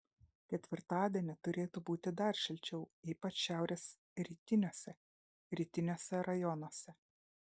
ketvirtadienį turėtų būti dar šilčiau ypač šiaurės rytiniuose rytiniuose rajonuose